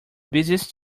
busiest